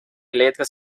letras